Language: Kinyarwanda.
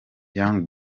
young